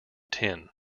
tin